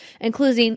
including